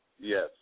Yes